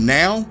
now